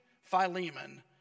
Philemon